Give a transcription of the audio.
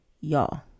y'all